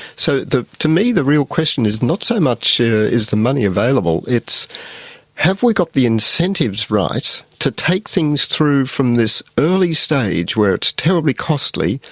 so to me the real question is not so much is the money available, it's have we got the incentives right to take things through from this early stage where it's terribly costly,